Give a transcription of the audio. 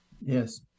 Yes